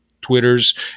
Twitters